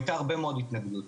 הייתה הרבה מאוד התנגדות.